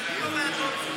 ישבו בוועדות,